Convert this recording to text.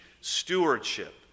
stewardship